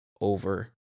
over